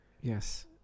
yes